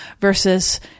versus